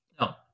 no